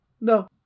no